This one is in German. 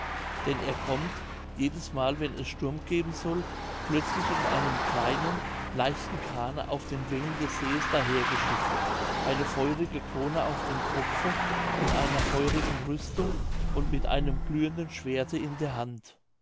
denn er kommt jedesmal wenn es sturm geben soll plötzlich in einem kleinen leichten kahne auf den wellen des sees daher geschifft eine feurige krone auf dem kopfe in einer feurigen rüstung und mit einem glühenden schwerte in der hand